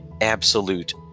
absolute